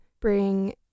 bring